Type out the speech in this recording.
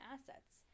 assets